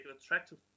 attractive